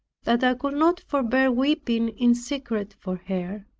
that i could not forbear weeping in secret for her.